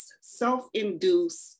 self-induced